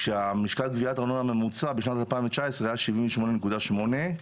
כשהמשקל גביית ארנונה ממוצע בשנת 2019 היה שבעים ושמונה נקודה שמונה,